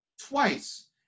twice